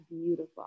beautiful